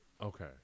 Okay